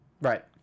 right